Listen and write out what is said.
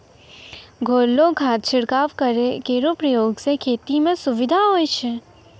घोललो खाद छिड़काव केरो प्रयोग सें खेती म सुविधा होय छै